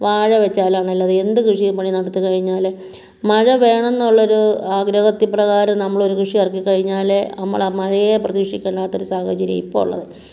വാഴ വെച്ചാലാണേലും അത് എന്ത് കൃഷിപ്പണി നടത്തിക്കഴിഞ്ഞാൽ മഴ വേണമെന്നുള്ളൊരു ആഗ്രഹത്തിൻപ്രകാരം നമ്മളൊരു കൃഷി ഇറക്കിക്കഴിഞ്ഞാൽ നമ്മളാ മഴയെ പ്രതീക്ഷിക്കണ്ടാത്ത ഒരു സാഹചര്യമാണ് ഇപ്പോൾ ഉള്ളത്